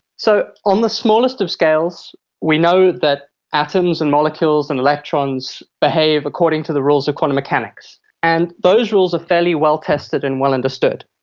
so on the smallest of scales we know that atoms and molecules and electrons behave according to the rules of quantum mechanics. and those rules are fairly well tested and well understood.